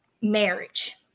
marriage